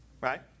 Right